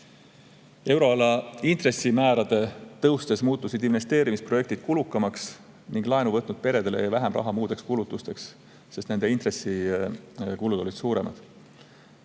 Euroala intressimäärade tõus muutis investeerimisprojektid kulukamaks ning laenu võtnud peredele jäi vähem raha muudeks kulutusteks, sest nende intressikulud olid suuremad.